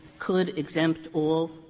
could exempt all